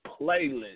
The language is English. playlist